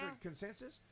consensus